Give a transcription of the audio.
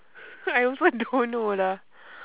I also don't know lah